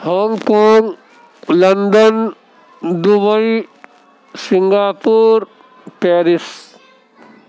Hong Kong London Dubai Singapore Paris